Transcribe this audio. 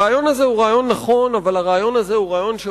הרעיון הזה הוא רעיון נכון,